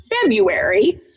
February